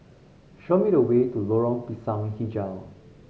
show me the way to Lorong Pisang Hijau